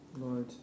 Lord